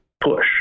push